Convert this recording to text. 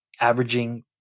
averaging